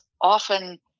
often